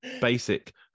Basic